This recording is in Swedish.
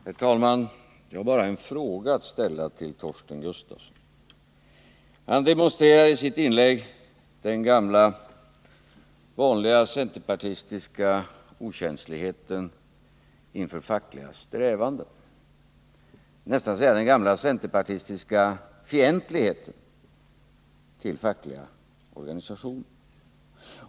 Herr talman! Jag har bara en fråga att ställa till Torsten Gustafsson. Han demonstrerar i sitt inlägg den gamla vanliga centerpartistiska okänsligheten inför fackliga strävanden, jag skulle nästan vilja säga den gamla centerpartistiska fientligheten till fackliga organisationer.